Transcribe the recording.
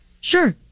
sure